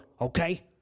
okay